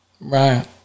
Right